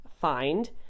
find